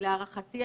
להערכתי,